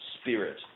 spirit